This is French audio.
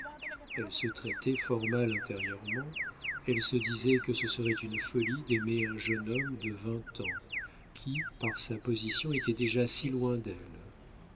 elle se traitait fort mal intérieurement elle se disait que ce serait une folie d'aimer un jeune homme de vingt ans qui par sa position était déjà si loin d'elle